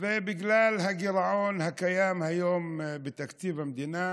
ובגלל הגירעון הקיים היום בתקציב המדינה